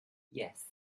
yes